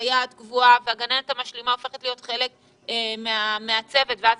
סייעת קבועה והגננת המשלימה הופכת להיות חלק מהצוות ואז